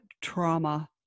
trauma